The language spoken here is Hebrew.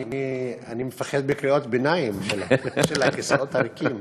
אני מפחד מקריאות ביניים של הכיסאות ריקים.